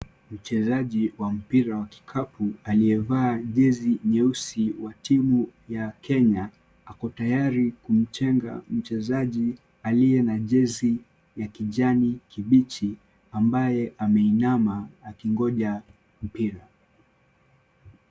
Mchezaji wa mpira wa kikapu aliyevaa jezi nyeusi wa timu ya Kenya, ako tayari kumchenga mchezaji aliye na jezi ya kijani kibichi, ambaye ameinama akingoja mpira.